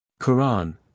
Quran